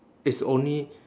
it's only